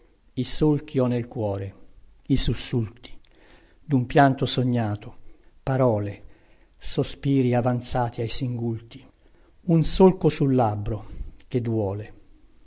i solchi ho nel cuore i sussulti dun pianto sognato parole sospiri avanzati ai singulti un solco sul labbro che duole